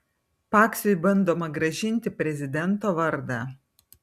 paksiui bandoma grąžinti prezidento vardą